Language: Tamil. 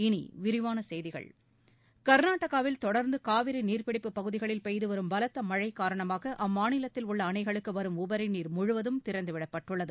இனி விரிவான செய்திகள் கா்நாடகாவில் தொடா்ந்து காவிரி நீாப்பிடிப்பு பகுதிகளில் பெய்துவரும் பலத்த மழை காரணமாக அம்மாநிலத்தில் உள்ள அணைகளுக்கு வரும் உபரி நீர் முழுவதும் திறந்துவிடப்பட்டுள்ளது